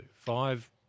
Five